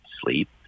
sleep